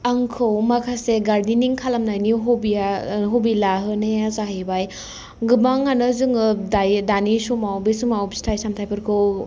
आंखौ माखासे गार्देनिं खालामनायनि हबिया हबि लाहोनाया जाहैबाय गोबाङानो जोङो दायो दानि समाव फिथाइ सामथाइफोरखौ